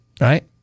right